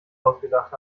ausgedacht